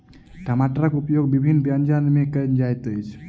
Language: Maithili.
टमाटरक उपयोग विभिन्न व्यंजन मे कयल जाइत अछि